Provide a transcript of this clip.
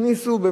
הכניסו,